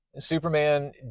Superman